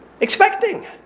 Expecting